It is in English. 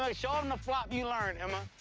ah show them the flop you learned, emma.